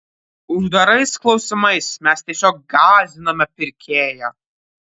uždarais klausimais mes tiesiog gąsdiname pirkėją